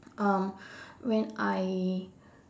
um when I